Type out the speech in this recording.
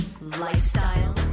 lifestyle